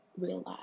realize